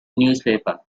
newspaper